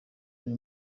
uyu